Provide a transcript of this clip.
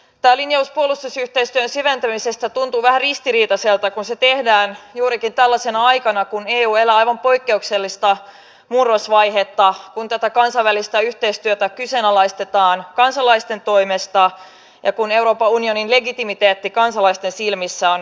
tämä linjaus puolustusyhteistyön syventämisestä tuntuu vähän ristiriitaiselta kun se tehdään juurikin tällaisena aikana kun eu elää aivan poikkeuksellista murrosvaihetta kun tätä kansainvälistä yhteistyötä kyseenalaistetaan kansalaisten toimesta ja kun euroopan unionin legitimiteetti kansalaisten silmissä on hyvin heikko